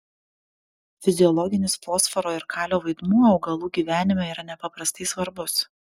fiziologinis fosforo ir kalio vaidmuo augalų gyvenime yra nepaprastai svarbus